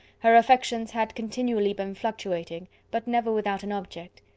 her affections had continually been fluctuating but never without an object.